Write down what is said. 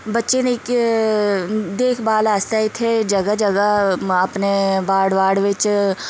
बच्चें लेई देखभाल आस्तै इत्थें जगह् जगह् मां अपने बार्ड बार्ड बिच्च